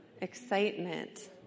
Excitement